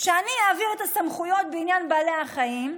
שאני אעביר את הסמכויות בעניין בעלי החיים,